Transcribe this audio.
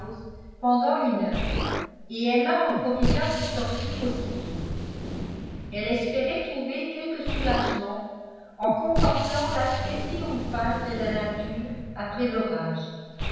pendant une heure et emma en profita pour sortir aussitôt elle espérait trouver quelque soulagement en contemplant l'aspect triomphal de la nature après l'orage